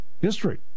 history